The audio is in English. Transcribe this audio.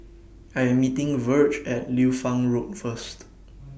I Am meeting Virge At Liu Fang Road First